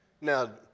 Now